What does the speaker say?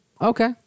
Okay